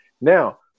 Now